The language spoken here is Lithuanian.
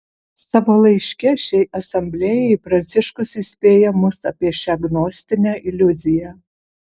savo laiške šiai asamblėjai pranciškus įspėja mus apie šią gnostinę iliuziją